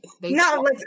no